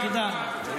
תודה.